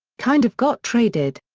kind of got traded.